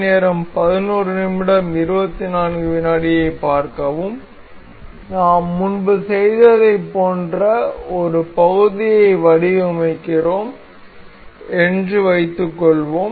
நாம் முன்பு செய்ததைப் போன்ற ஒரு பகுதியை வடிவமைக்கிறோம் என்று வைத்துக்கொள்வோம்